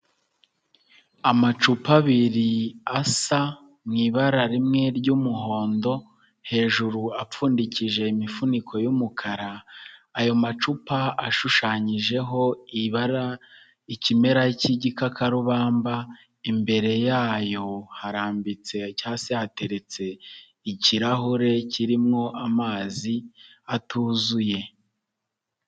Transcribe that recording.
Amacupa abiri asa ibara rimwe ry'umuhondo hejuru apfundikije imifuniko y'umukara. Ayo macupa ashushanyijeho ibara, ikimera cy'igikarubamba imbere yayo harambitse cya se hateretse ikirahure kirimo amazi atuzuye.